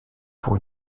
pour